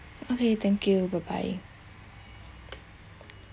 okay thank you bye bye